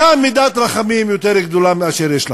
רחמים יותר גדולה מאשר יש לכם.